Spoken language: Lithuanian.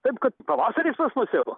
taip kad pavasaris pas mus jau